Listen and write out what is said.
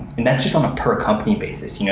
that's just on a per company basis. you know